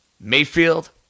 Mayfield